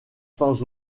sans